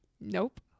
nope